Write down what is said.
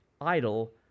idle